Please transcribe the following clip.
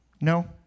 No